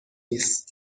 نیست